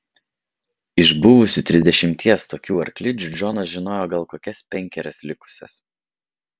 iš buvusių trisdešimties tokių arklidžių džonas žinojo gal kokias penkerias likusias